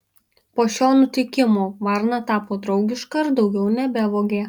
po šio nutikimo varna tapo draugiška ir daugiau nebevogė